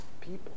people